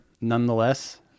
nonetheless